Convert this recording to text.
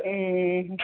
ए